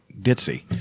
ditzy